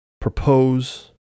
Propose